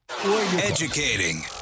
Educating